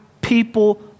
people